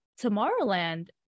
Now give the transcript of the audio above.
Tomorrowland